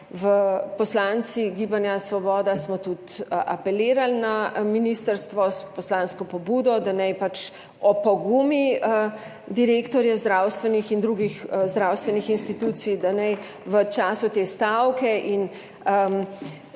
Poslanci Gibanja Svoboda smo tudi apelirali na ministrstvo s poslansko pobudo, da naj pač opogumi direktorje zdravstvenih domov in drugih zdravstvenih institucij, da naj v času te stavke in